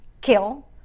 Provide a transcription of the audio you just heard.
kill